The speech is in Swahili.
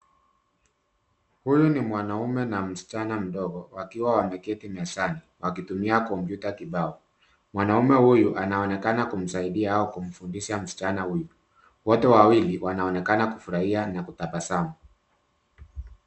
Huyu ni mwanaume na msichana mdogo, wakiwa wameketi mezani wakitumia kompyuta kibao. Mwanaume huyu anaonekana kumsaidia au kumfundisha huyu. Wote wawili wanaonekana kufurahia na kutabasamu.